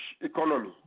economy